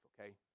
okay